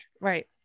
Right